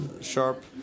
sharp